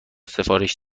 سفارش